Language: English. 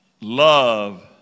love